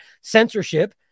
censorship